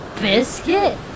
biscuit